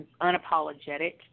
unapologetic